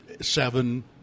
seven